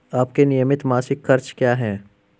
आपके नियमित मासिक खर्च क्या हैं?